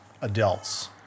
adults